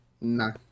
No